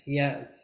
yes